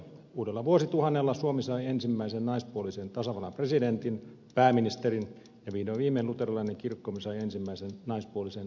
uudella vuosituhannella suomi sai ensimmäisen naispuolisen tasavallan presidentin pääministerin ja vihdoin viimein luterilainen kirkkomme sai ensimmäisen naispuolisen piispan